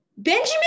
Benjamin